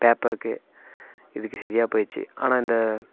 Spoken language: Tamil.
பேப்பருக்கு இதுக்கு சரியாப் போயிடுச்சி ஆனால் இந்த